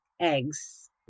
Eggs